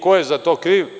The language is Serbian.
Ko je za to kriv?